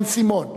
בן-סימון,